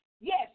yes